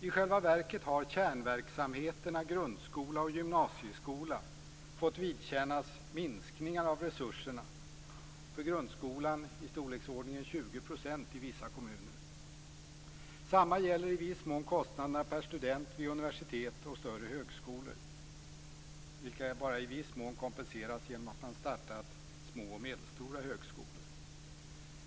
I själva verket har kärnverksamheterna grundskola och gymnasieskola fått vidkännas minskningar av resurserna, på grundskolan i storleksordningen 20 % i vissa kommuner. Detsamma gäller i viss mån kostnaderna per student vid universitet och större högskolor, vilket bara i viss mån kompenserats genom att man startat små och medelstora högskolor.